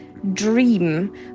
dream